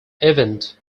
event